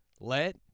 Let